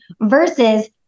versus